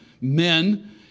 men